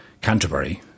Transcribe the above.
Canterbury